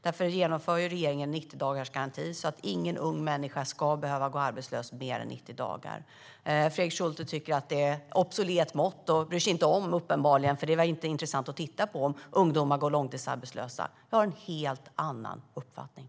Därför genomför regeringen 90-dagarsgarantin så att ingen ung människa ska behöva gå arbetslös i mer än 90 dagar. Fredrik Schulte tycker att arbetslösheten är ett obsolet mått och bryr sig uppenbarligen inte om detta. Han tycker inte att det är intressant att titta på om ungdomar går långtidsarbetslösa. Jag har en helt annan uppfattning.